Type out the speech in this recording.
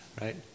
Right